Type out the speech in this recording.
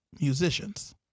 musicians